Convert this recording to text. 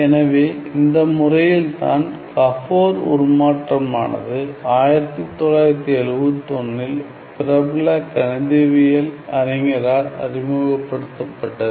எனவே இந்த முறையில் தான் கபோர் உருமாற்றமானது 1971ல் பிரபல கணிதவியல் அறிஞரால் அறிமுகப்படுத்தப்பட்டது